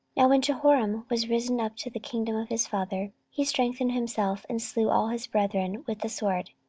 now when jehoram was risen up to the kingdom of his father, he strengthened himself, and slew all his brethren with the sword,